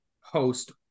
host